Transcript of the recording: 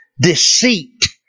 deceit